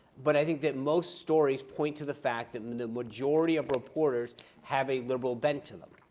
but i think that most stories point to the fact that and and the majority of reporters have a liberal bent to them.